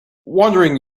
wandering